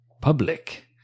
public